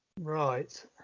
Right